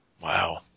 Wow